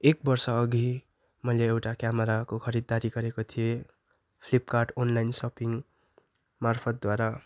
एक वर्ष अघि मैले एउटा क्यामराको खरिददारी गरेको थिएँ फ्लिपकार्ट अनलाइन सपिङमाफर्तद्वारा